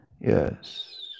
yes